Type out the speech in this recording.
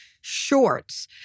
Shorts